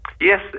Yes